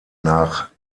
nach